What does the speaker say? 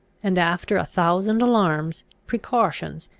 and, after a thousand alarms, precautions,